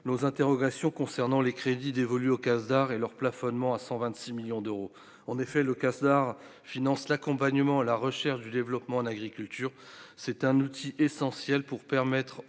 nos interrogations concernant les crédits dévolus au d'art et leur plafonnement à 126 millions d'euros, en effet, le Qatar finance l'accompagnement à la recherche du développement en agriculture, c'est un outil essentiel pour permettre aux